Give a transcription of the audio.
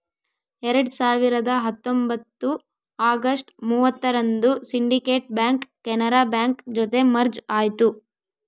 ಎರಡ್ ಸಾವಿರದ ಹತ್ತೊಂಬತ್ತು ಅಗಸ್ಟ್ ಮೂವತ್ತರಂದು ಸಿಂಡಿಕೇಟ್ ಬ್ಯಾಂಕ್ ಕೆನರಾ ಬ್ಯಾಂಕ್ ಜೊತೆ ಮರ್ಜ್ ಆಯ್ತು